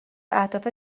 اهداف